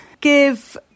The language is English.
give